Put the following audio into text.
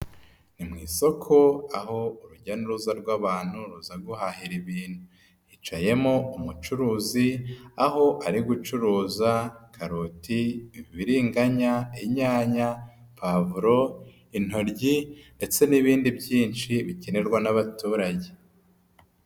Ni mu isoko aho urujya n'uruza rw'abantu ruza guhahira ibintu. Hicayemo umucuruzi aho ari gucuruza: karoti, ibibiringanya, inyanya, pavuro, intoryi ndetse n'ibindi byinshi bikenerwa n'abaturage.